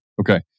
Okay